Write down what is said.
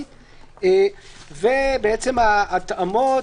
ובעצם, ההתאמות